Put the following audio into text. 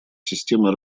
системы